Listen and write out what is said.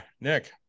Nick